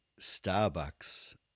Starbucks